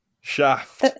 Shaft